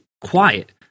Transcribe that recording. quiet